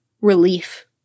relief